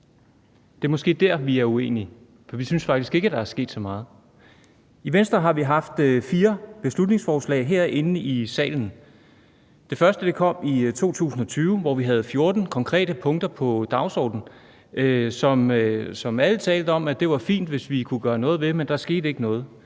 det er måske dér, vi er uenige, for vi synes faktisk ikke, at der er sket så meget. I Venstre har vi haft fire beslutningsforslag her i salen. Det første kom i 2020, hvor vi havde 14 konkrete punkter på dagsordenen, og som alle talte om var fint, hvis vi kunne gøre noget ved det – men der skete ikke noget.